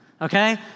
okay